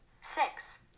Six